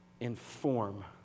inform